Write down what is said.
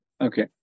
Okay